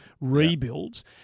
rebuilds